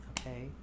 okay